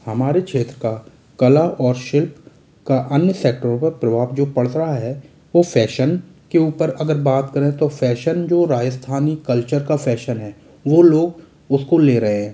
हमारे क्षेत्र का कला और शिल्प का अन्य सेक्टरों पर प्रभाव जो पड़ रहा है वो फैशन के ऊपर अगर बात करें तो फैशन जो राजस्थानी कल्चर का फैशन है वो लोग उसको ले रहे हैं